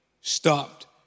stopped